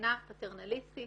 הגנה פטרנליסטית